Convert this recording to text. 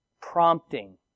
prompting